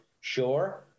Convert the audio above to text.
sure